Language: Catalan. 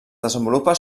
desenvolupa